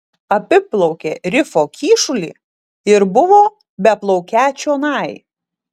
apiplaukė rifo kyšulį ir buvo beplaukią čionai